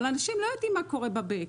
אבל אנשים לא יודעים מה קורה בבאק.